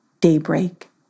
daybreak